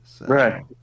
Right